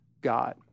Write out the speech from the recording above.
God